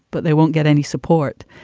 but they won't get any support.